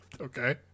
Okay